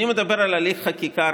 אני מדבר על הליך חקיקה,